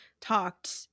talked